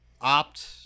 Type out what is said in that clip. opt